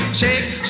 shake